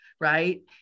right